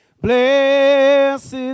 blessed